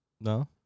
No